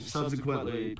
Subsequently